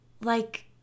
Like